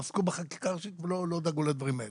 עסקו בחקיקה ראשית ולא דאגו לדברים האלה.